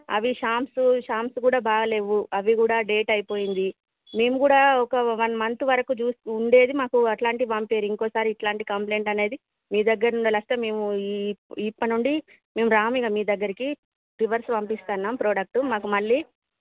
అవి shampoos shampoos కూడా బాగాలేవు అవ్వి కూడా డేట్ అయిపోయింది మేము కూడా ఒక వన్ మంత్ వరకు చూసి ఉండేది మాకు అట్లాంటివి పంపించండి ఇంకోసారి ఇట్లాంటి కంప్లైంట్ అనేది మీ దగ్గల నుండి వస్తే మేము ఈ ఇప్పడినుండి మేం రాము ఇక మీ దగ్గరికి రివర్స్ పంపిస్తునాం ప్రోడక్ట్ మాకు మళ్ళీ